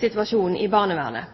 situasjonen i barnevernet,